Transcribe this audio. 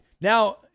Now